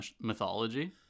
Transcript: mythology